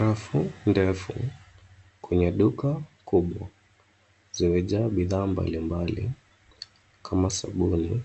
Rafu ndefu kwenye duka kubwa zimejaa bidhaa mbalimbali kama sabuni